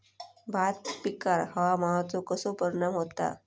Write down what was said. भात पिकांर हवामानाचो कसो परिणाम होता?